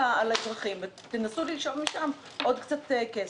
האזרחים ותנסו לשאוב משם עוד קצת כסף.